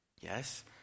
Yes